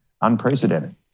unprecedented